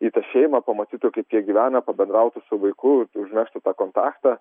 į tą šeimą pamatytų kaip jie gyvena pabendrautų su vaiku užmegztų kontaktą